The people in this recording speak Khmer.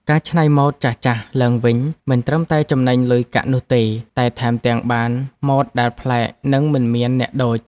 ការច្នៃម៉ូដចាស់ៗឡើងវិញមិនត្រឹមតែចំណេញលុយកាក់នោះទេ តែថែមទាំងបានម៉ូដដែលប្លែកនិងមិនមានអ្នកដូច។